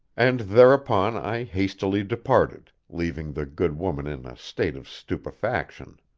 and thereupon i hastily departed, leaving the good woman in a state of stupefaction,